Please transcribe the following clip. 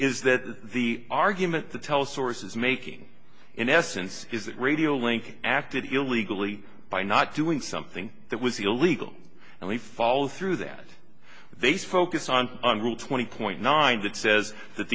is that the argument the tell source is making in essence is that radio link acted illegally by not doing something that was illegal and we follow through that they focus on a rule twenty point nine that says that